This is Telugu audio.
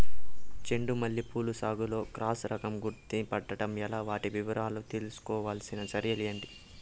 చెండు మల్లి పూల సాగులో క్రాస్ రకం గుర్తుపట్టడం ఎలా? వాటి నివారణకు తీసుకోవాల్సిన చర్యలు ఏంటి?